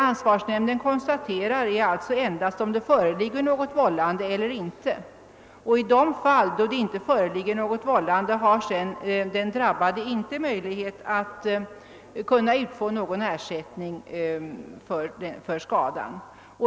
Ansvarsnämnden konstaterar alltså endast om det föreligger något vållande eller inte, och i de fall då vållande inte föreligger har den drabbade inte möjlighet att kunna utfå någon ersättning för skadan.